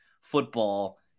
football